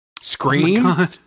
Scream